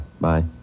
bye